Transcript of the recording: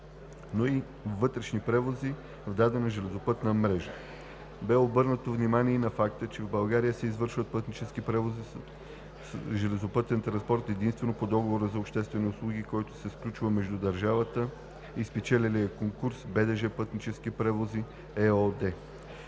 но и вътрешни превози в дадена железопътна мрежа. Бе обърнато внимание и на факта, че в България се извършват пътнически превози с железопътен транспорт единствено по договора за обществените услуги, който се сключва между държавата и спечелилия конкурса – „БДЖ – Пътнически превози“ ЕООД.